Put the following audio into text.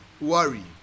worry